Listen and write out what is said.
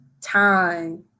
time